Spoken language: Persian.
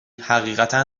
حقیقتا